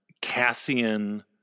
Cassian